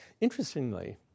Interestingly